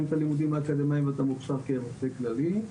את הלימודים האקדמיים ואתה מוכשר כרופא כללי.